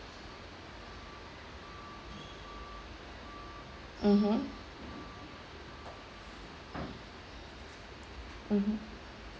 mmhmm mmhmm